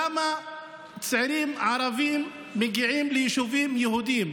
למה צעירים ערבים מגיעים ליישובים יהודיים?